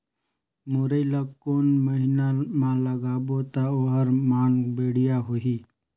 मुरई ला कोन महीना मा लगाबो ता ओहार मान बेडिया होही?